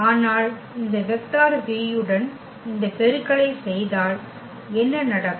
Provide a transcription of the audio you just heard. ஆனால் இந்த vector v உடன் இந்த பெருக்கலை செய்தால் என்ன நடக்கும்